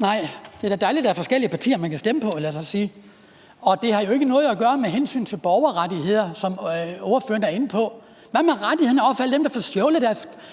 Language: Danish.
Nej. Det er da dejligt, at der er forskellige partier, man kan stemme på. Det har jo ikke noget at gøre med hensynet til borgerrettigheder, som ordføreren er inde på. Hvad med rettighederne for alle dem, der får stjålet